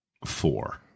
Four